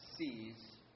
sees